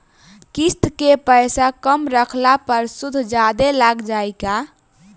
किश्त के पैसा कम रखला पर सूद जादे लाग जायी का?